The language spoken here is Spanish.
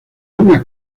una